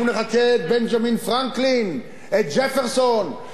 אנחנו נחקה את בנג'מין פרנקלין, את ג'פרסון.